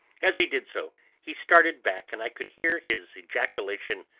as he did so he started back, and i could hear his ejaculation,